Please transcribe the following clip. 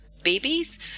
Babies